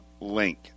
link